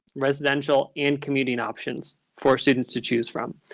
residential and commuteing options for students to choose from.